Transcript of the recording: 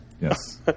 yes